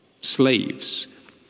Slaves